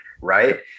right